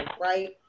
right